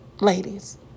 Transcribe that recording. ladies